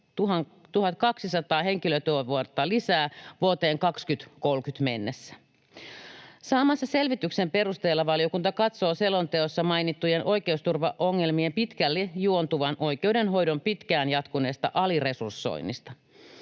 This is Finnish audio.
1 200 henkilötyövuotta lisää vuoteen 2030 mennessä. Saamansa selvityksen perusteella valiokunta katsoo selonteossa mainittujen oikeusturvaongelmien pitkälti juontuvan oikeudenhoidon pitkään jatkuneesta aliresursoinnista.